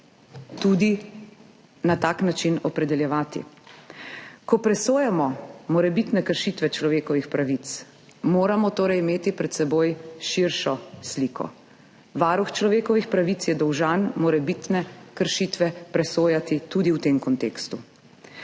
nje na tak način tudi opredeljevati. Ko presojamo morebitne kršitve človekovih pravic, moramo torej imeti pred seboj širšo sliko. Varuh človekovih pravic je dolžan morebitne kršitve presojati tudi v tem kontekstu.